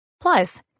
Plus